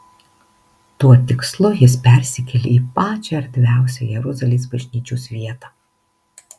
tuo tikslu jis persikėlė į pačią erdviausią jeruzalės bažnyčios vietą